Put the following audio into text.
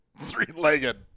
three-legged –